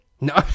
No